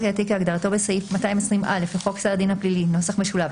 קהילתי כהגדרתו בסעיף 220א לחוק סדר הדין הפלילי (נוסח משולב),